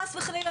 חס וחלילה,